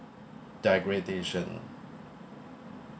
degradation